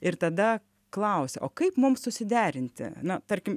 ir tada klausia o kaip mum susiderinti na tarkim